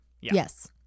Yes